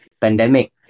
pandemic